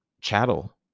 chattel